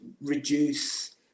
reduce